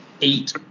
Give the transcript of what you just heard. eight